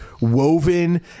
woven